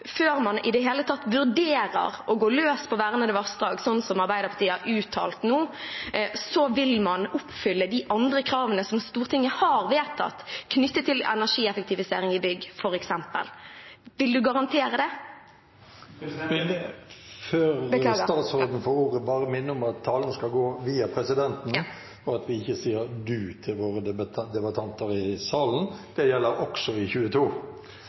før man i det hele tatt vurderer å gå løs på vernede vassdrag, sånn som Arbeiderpartiet har uttalt nå, vil oppfylle de andre kravene som Stortinget har vedtatt knyttet til energieffektivisering i bygg, f.eks.? Vil du garantere det? Før statsråden får ordet, vil presidenten bare minne om at talen skal gå via presidenten, og at vi ikke sier «du» til våre debattanter i salen. Det gjelder også i